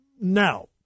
Now